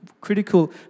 critical